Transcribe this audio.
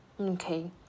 Okay